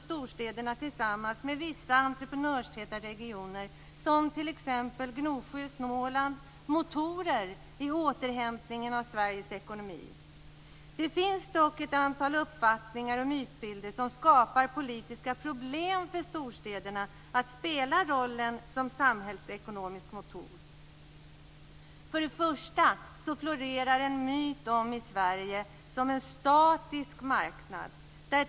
Storstäderna utgör tillsammans med vissa entreprenörstäta regioner, t.ex. Gnosjö i Småland, motorer när det gäller återhämtningen i Sveriges ekonomi. Det finns dock ett antal uppfattningar och mytbilder som skapar politiska problem för storstäderna att spela rollen som samhällsekonomiska motorer. Först och främst florerar det en myt om Sverige som en statisk marknad.